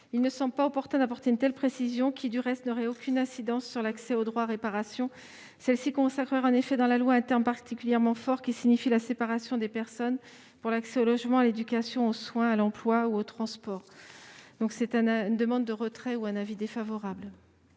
il ne semble pas opportun d'apporter une telle précision, qui, du reste, n'aurait aucune incidence sur l'accès au droit à réparation. Celle-ci consacrerait en effet dans la loi un terme particulièrement fort, qui signifie la séparation des personnes pour l'accès au logement, à l'éducation, aux soins, à l'emploi ou aux transports. La commission demande donc le retrait de cet amendement,